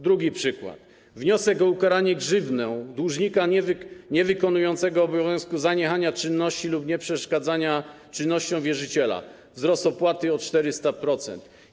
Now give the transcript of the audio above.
Drugi przykład: wniosek o ukaranie grzywną dłużnika niewykonującego obowiązku zaniechania czynności lub nieprzeszkadzania czynnościom wierzyciela - wzrost opłaty o 400%.